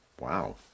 Wow